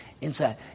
inside